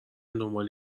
دنبال